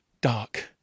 dark